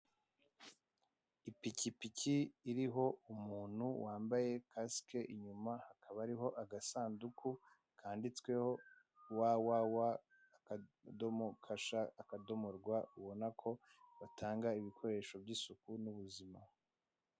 Ipikipiki iriho umuntu wambaye kasike inyuma hakaba hariho agasanduku kanditsweho www.kasha.rw, ubona ko batanga ibikoresho by' isuku n' ubuzima.